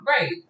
Right